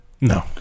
No